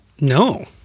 No